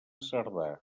cerdà